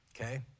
okay